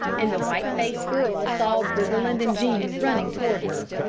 and the white-faced girl saw briggerland and jean running toward her.